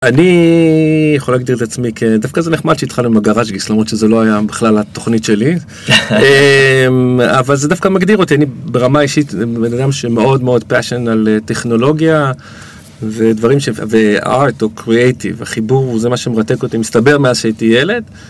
אני יכול להגדיר את עצמי כ... דווקא זה נחמד שהתחלנו עם הגראז'ליסט למרות שזה לא היה בכלל התוכנית שלי. אבל זה דווקא מגדיר אותי. אני ברמה אישית בן אדם שמאוד מאוד פאשן על טכנולוגיה ודברים ש... וארט או קריאייטיב. החיבור זה מה שמרתק אותי מסתבר מאז שהייתי ילד.